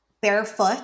barefoot